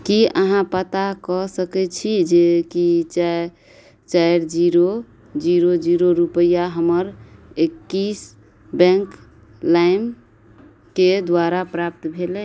कि अहाँ पता कऽ सकै छी जे कि चारि चारि जीरो जीरो जीरो रुपैआ हमर एक्सिस बैँक लाइमके द्वारा प्राप्त भेलै